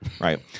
right